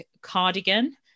cardigan